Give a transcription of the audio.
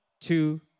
two